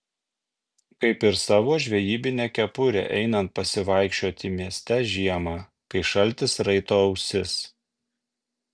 kaip ir savo žvejybinę kepurę einant pasivaikščioti mieste žiemą kai šaltis raito ausis